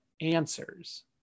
answers